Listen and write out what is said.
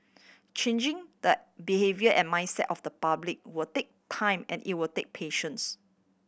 changing the behaviour and mindset of the public will take time and it will take patience